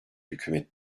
hükümet